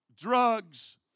Drugs